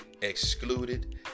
excluded